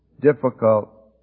difficult